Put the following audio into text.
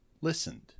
listened